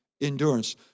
Endurance